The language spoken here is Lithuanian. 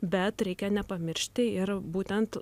bet reikia nepamiršti ir būtent